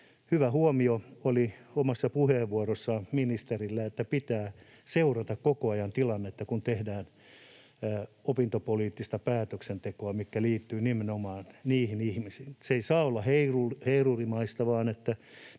Hyvä huomio oli omassa puheenvuorossaan ministerillä, että pitää seurata koko ajan tilannetta, kun tehdään opintopoliittista päätöksentekoa, mikä liittyy nimenomaan niihin ihmisiin. Se ei saa olla heilurimaista, vaan